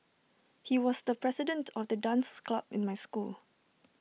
he was the president of the dance club in my school